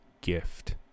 gift